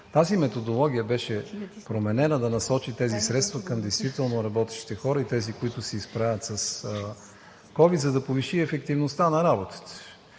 Тази методология беше променена да насочи тези средства към действително работещите хора и тези, които се изправят срещу ковид, за да повиши ефективността на работата.